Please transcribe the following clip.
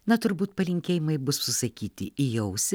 na turbūt palinkėjimai bus susakyti į ausį